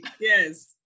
Yes